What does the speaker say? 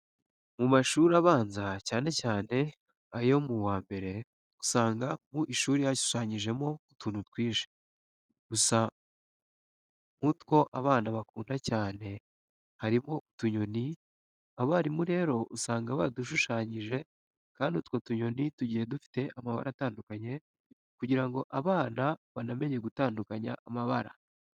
Mu mashuri abanza, cyane cyane ayo mu wa mbere, usanga mu ishuri hashushanyijemo utuntu twinshi. Gusa mutwo abana bakunda cyane harimo utunyoni. Abarimu rero usanga baradushushanyije kandi utwo tunyoni tugiye dufite amabara atandukanye kugira ngo bana banamenye gutandukanya amabara.